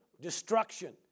destruction